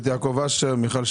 אנחנו מדברים על דברים מהסוג הזה,